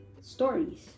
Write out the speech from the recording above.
stories